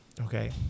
Okay